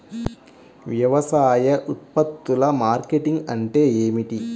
వ్యవసాయ ఉత్పత్తుల మార్కెటింగ్ అంటే ఏమిటి?